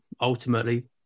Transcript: ultimately